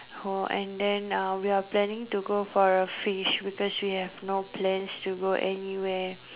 for and then we are planning to go for a fish because we have no plans to go anywhere